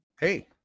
hey